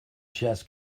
chess